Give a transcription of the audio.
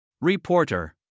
Reporter